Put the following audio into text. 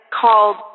called